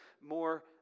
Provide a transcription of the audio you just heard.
more